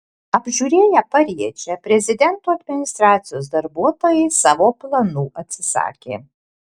apžiūrėję pariečę prezidento administracijos darbuotojai savo planų atsisakė